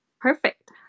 Perfect